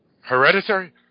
Hereditary